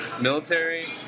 military